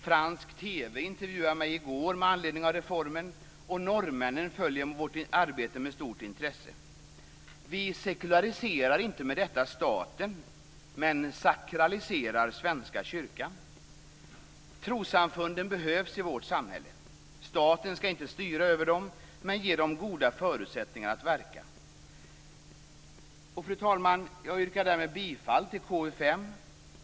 Fransk TV intervjuade mig i går med anledning av reformen. Norrmännen följer vårt arbetet med stort intresse. Vi sekulariserar inte med detta staten, men sakraliserar Svenska kyrkan. Trossamfunden behövs i vårt samhälle. Staten skall inte styra över dem, men ge dem goda förutsättningar att verka. Fru talman! Jag yrkar därmed bifall till hemställan i KU5.